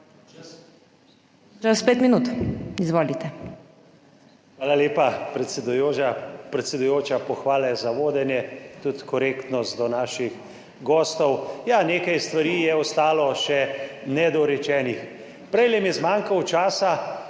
BORUT SAJOVIC (PS Svoboda): Hvala lepa, predsedujoča. Pohvale za vodenje, tudi korektnost do naših gostov. Ja, nekaj stvari je ostalo še nedorečenih. Prej mi je zmanjkalo časa,